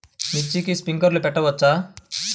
మిర్చికి స్ప్రింక్లర్లు పెట్టవచ్చా?